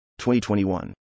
2021